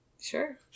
sure